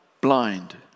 blind